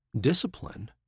discipline